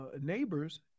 neighbors